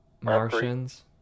Martians